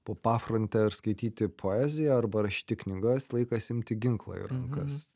po pafrontę ir skaityti poeziją arba rašyti knygas laikas imti ginklą į rankas